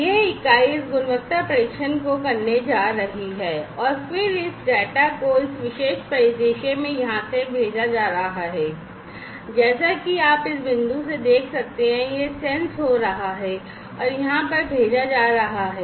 यह इकाई इस गुणवत्ता परीक्षण को करने जा रही है और फिर इस डेटा को इस विशेष परिदृश्य में यहाँ से भेजा जा रहा है जैसा कि आप इस बिंदु से देख सकते हैं कि यह सेंस हो रहा है और यहाँ पर भेजा जा रहा है